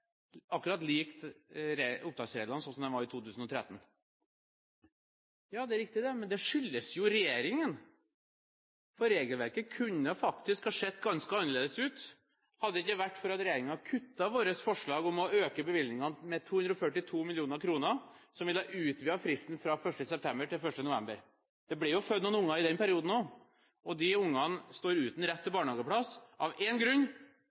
akkurat lik opptaksreglene slik de var i 2013. Det er riktig, det, men det skyldes jo regjeringen, for regelverket kunne faktisk ha sett ganske annerledes ut, om det ikke hadde vært for at regjeringen kuttet vårt forslag om å øke bevilgningene med 242 mill. kr, som ville ha utvidet fristen fra 1. september til 1. november. Det blir jo født noen unger i den perioden også, og de ungene står uten rett til barnehageplass av én grunn,